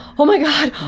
oh my god,